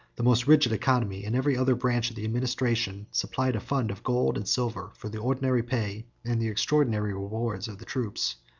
the most rigid economy in every other branch of the administration supplied a fund of gold and silver for the ordinary pay and the extraordinary rewards of the troops.